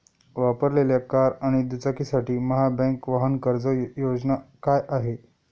वापरलेल्या कार आणि दुचाकीसाठी महाबँक वाहन कर्ज योजना काय आहे?